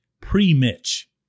pre-Mitch